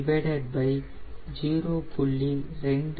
1270